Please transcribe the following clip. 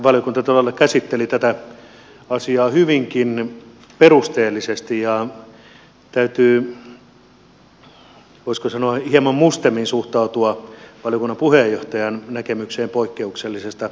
valiokunta todella käsitteli tätä asiaa hyvinkin perusteellisesti ja täytyy voisiko sanoa hieman mustemmin suhtautua valiokunnan puheenjohtajan näkemykseen poikkeuksellisesta haitasta